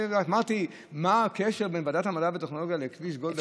אמרתי: מה הקשר בין ועדת המדע והטכנולוגיה לכביש גולדה?